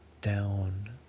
down